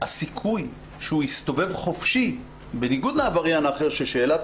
הסיכוי שהוא יסתובב חופשי בניגוד לעבריין אחר שלגביו שאלת